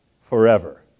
forever